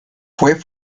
fue